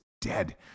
dead